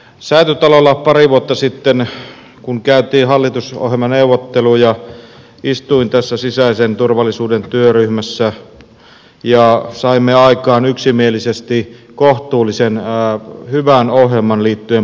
säätytalolla pari vuotta sitten kun käytiin hallitusohjelmaneuvotteluja istuin tässä sisäisen turvallisuuden työryhmässä ja saimme aikaan yksimielisesti kohtuullisen hyvän ohjelman liittyen poliisiin